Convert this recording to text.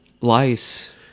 lice